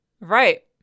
Right